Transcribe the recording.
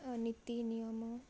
ନୀତିନିୟମ